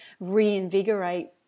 reinvigorate